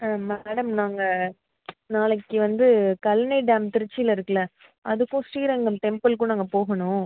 madam நாங்கள் நாளைக்கு வந்து கல்லணை டேம் திருச்சியில இருக்குதுல அதுக்கும் ஸ்ரீரங்கம் டெம்ப்புள்க்கும் நாங்கள் போகணும்